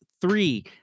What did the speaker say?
three